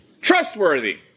trustworthy